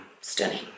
stunning